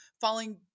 falling